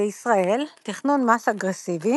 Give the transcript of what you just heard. בישראל תכנון מס אגרסיבי